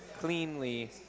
cleanly